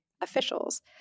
officials